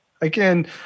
again